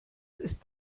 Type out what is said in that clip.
ist